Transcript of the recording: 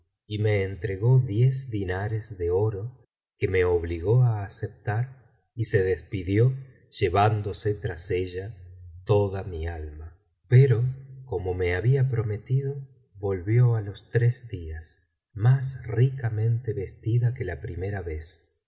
y me entregó diez dinares de oro que me obligó á aceptar y se despidió llevándose tras ella toda mi alma pero como me había prometido volvió á los tres días más ricamente vestida que la primera vez